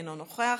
אינו נוכח,